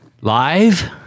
live